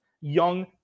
young